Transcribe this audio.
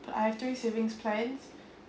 I have three savings plans